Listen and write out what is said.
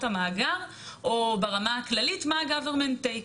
המאגר או ברמה הכללית מה ה-government take.